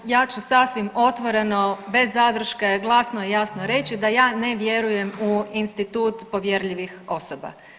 Evo, ja ću sasvim otvoreno bez zadrške glasno i jasno reći, da ja ne vjerujem u institut povjerljivih osoba.